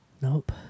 Nope